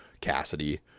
Cassidy